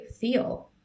feel